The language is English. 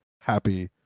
happy